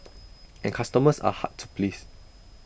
and customers are hard to please